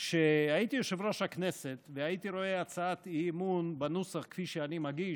כשהייתי יושב-ראש הכנסת והייתי רואה הצעת אי-אמון בנוסח כפי שאני מגיש: